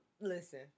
listen